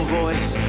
voice